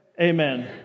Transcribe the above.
Amen